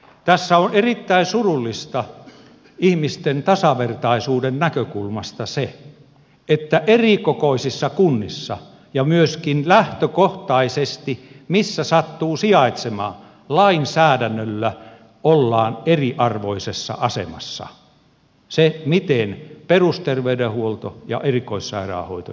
tässä on erittäin surullista ihmisten tasavertaisuuden näkökulmasta se että erikokoisissa kunnissa ja myöskin lähtökohtaisesti missä sattuu sijaitsemaan lainsäädännöllä ollaan eriarvoisessa asemassa siinä miten perusterveydenhuolto ja erikoissairaanhoito järjestetään